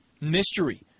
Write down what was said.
mystery